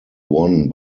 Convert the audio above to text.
won